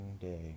day